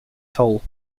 toll